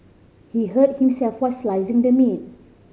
he hurt himself while slicing the meat